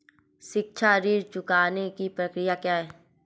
शिक्षा ऋण चुकाने की प्रक्रिया क्या है?